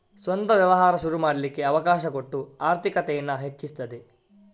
ಸ್ವಂತ ವ್ಯವಹಾರ ಶುರು ಮಾಡ್ಲಿಕ್ಕೆ ಅವಕಾಶ ಕೊಟ್ಟು ಆರ್ಥಿಕತೇನ ಹೆಚ್ಚಿಸ್ತದೆ